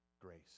grace